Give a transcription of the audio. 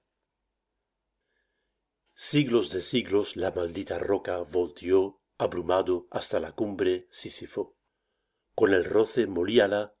siglos de siglos la maldita roca volteó abrumado hasta la cumbre sísifo con el roce molíala